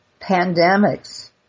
pandemics